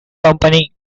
company